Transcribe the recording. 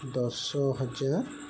ଦଶ ହଜାର